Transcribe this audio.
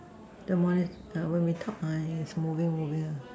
the monitor when we talk ah is moving moving one